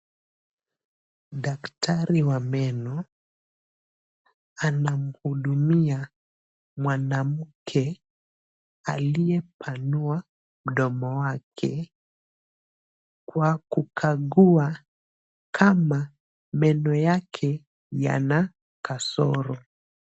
Daktari wa meno, anamhudumia mwanamke aliyepanua mdomo wake kwa kukagua kama meno yake yana kasoro.